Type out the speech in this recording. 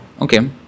Okay